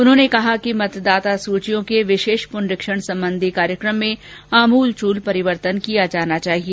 उन्होंने कहा कि मतदाता सुचियों के विशेष पुनरीक्षण संबंधित कार्यक्रम में आमूलचूल परिवर्तन किया जाना चाहिए